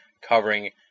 covering